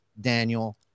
Daniel